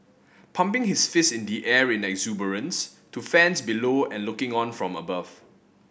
pumping his fist in the air in exuberance to fans below and looking on from above